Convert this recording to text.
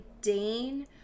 Dane